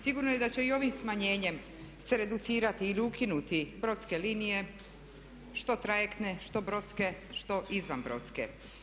Sigurno je da će i ovim smanjenjem se reducirati ili ukinuti brodske linije, što trajektne, što brodske, što izvanbrodske.